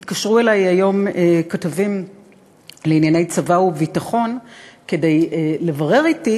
התקשרו אלי היום כתבים לענייני צבא וביטחון כדי לברר אתי